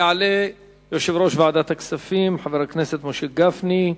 יעלה יושב-ראש ועדת הכספים, חבר הכנסת משה גפני,